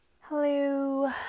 Hello